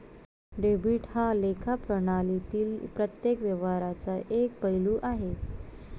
debit हा लेखा प्रणालीतील प्रत्येक व्यवहाराचा एक पैलू आहे